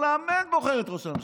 הפרלמנט בוחר את ראש הממשלה.